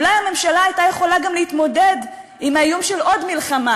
אולי הממשלה הייתה יכולה גם להתמודד עם האיום של עוד מלחמה